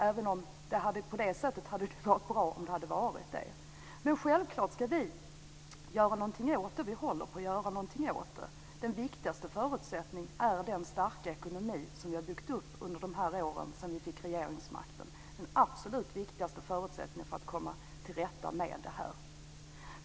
På ett sätt hade det varit bra om det hade varit det. Självklart ska vi göra någonting åt det. Vi håller på att göra någonting åt det. Den viktigaste förutsättningen är den starka ekonomi som vi har byggt upp under de år som gått sedan vi fick regeringsmakten. Det är den absolut viktigaste förutsättningen för att vi ska kunna komma till rätta med detta.